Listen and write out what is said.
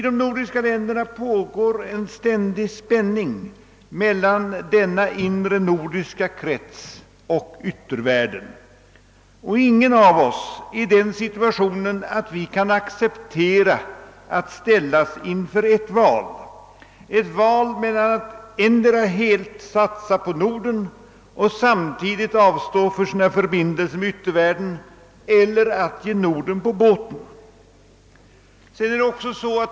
Det råder en ständig spänning mellan denna inre nordiska krets och yttervärlden, och ingen av oss är i den situationen att vi kan acceptera att ställas inför ett val mellan att helt satsa på Norden och samtidigt avstå från förbindelserna med yttervärlden eller att ge Norden på båten.